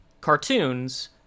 cartoons